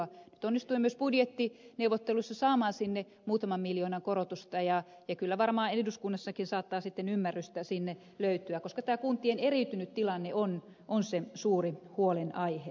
nyt onnistuin myös budjettineuvotteluissa saamaan sinne muutaman miljoonan korotusta ja kyllä varmaan eduskunnassakin saattaa sitten ymmärrystä sinne löytyä koska tämä kuntien eriytynyt tilanne on se suuri huolenaihe